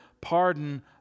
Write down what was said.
pardon